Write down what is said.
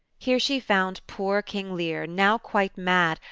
here she found poor king lear, now quite mad,